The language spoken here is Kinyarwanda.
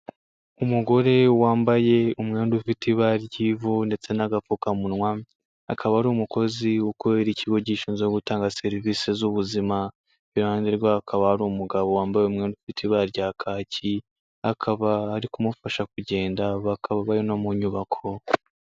Umugore wambaye umwenda ufite ibara ry'ivu ndetse n'agapfukamunwa, akaba ari umukozi ukorera ikigo gishinzwe gutanga serivisi z'ubuzima, iruhande rwe akaba hari umugabo wambaye umwenda ufite ibara rya kaki, akaba ari kumufasha kugenda bakaba bari no mu nyubako.